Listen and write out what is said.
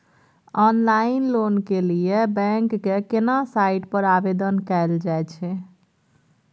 Online loan के लिए bank के केना साइट पर आवेदन कैल जाए छै?